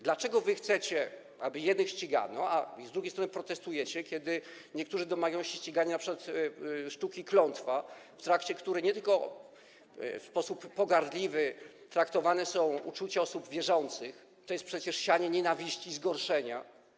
Dlaczego wy chcecie, aby jednych ścigano, a z drugiej strony protestujecie, kiedy niektórzy domagają się ścigania np. w związku ze sztuką „Klątwa”, w trakcie której nie tylko w sposób pogardliwy traktowane są uczucia osób wierzących, a to jest przecież sianie nienawiści, zgorszenia?